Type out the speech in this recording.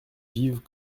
vivent